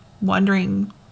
wondering